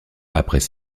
après